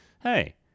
hey